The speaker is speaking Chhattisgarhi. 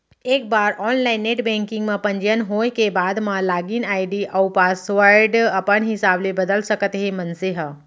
एक बार ऑनलाईन नेट बेंकिंग म पंजीयन होए के बाद म लागिन आईडी अउ पासवर्ड अपन हिसाब ले बदल सकत हे मनसे ह